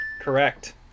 correct